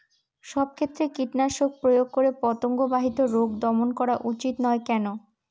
সব ক্ষেত্রে কীটনাশক প্রয়োগ করে পতঙ্গ বাহিত রোগ দমন করা উচিৎ নয় কেন?